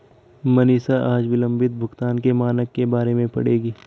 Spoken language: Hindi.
मनीषा आज विलंबित भुगतान के मानक के बारे में पढ़ेगी